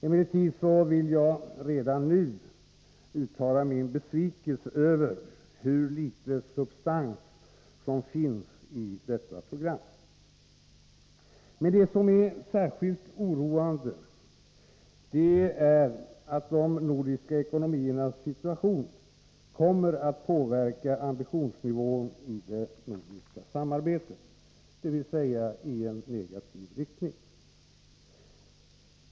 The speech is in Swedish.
Emellertid vill jag redan nu uttala min besvikelse över hur litet substans som finns i programmet. Det som är särskilt oroande är att de nordiska ekonomiernas situation kommer att påverka ambitionsnivån i det nordiska samarbetet i negativ riktning.